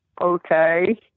okay